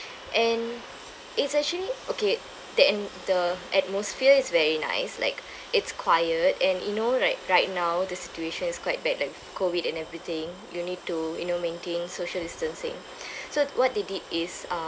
and it's actually okay the en~ the atmosphere is very nice like it's quiet and you know right right now the situation is quite bad like COVID and everything you need to you know maintain social distancing so what they did is um